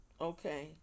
Okay